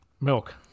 milk